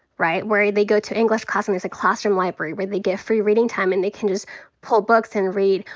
right, where they go to english class and there's a classroom library where they get free reading time. and they can just pull books and read,